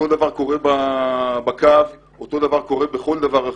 אותו הדבר קורה בקו ואותו הדבר קורה בכל דבר אחר.